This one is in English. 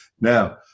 Now